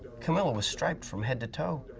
camilla was striped from head to toe.